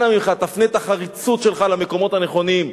אנא ממך, תפנה את החריצות שלך למקומות הנכונים.